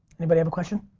anybody have a question?